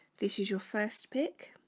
this is your first pick